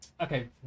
Okay